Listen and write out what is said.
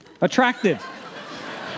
Attractive